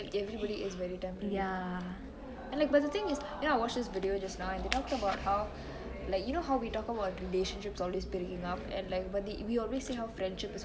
everybody is very temporary but you know the thing is I watch this video just now and they talk about you know how we talk about relationships building up and like we always say how friendship